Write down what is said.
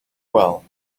well